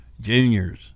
juniors